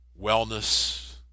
wellness